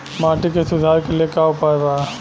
माटी के सुधार के लिए का उपाय बा?